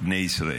בני ישראל.